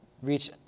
reach